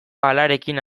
palarekin